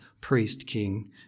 priest-king